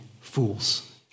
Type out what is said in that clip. fools